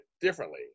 differently